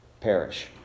perish